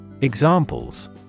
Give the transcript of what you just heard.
Examples